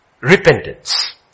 repentance